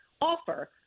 offer